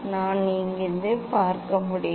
நான் இங்கிருந்து பார்க்க முடியும்